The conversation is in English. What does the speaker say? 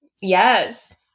Yes